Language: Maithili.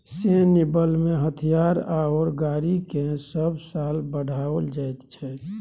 सैन्य बलमें हथियार आओर गाड़ीकेँ सभ साल बढ़ाओल जाइत छै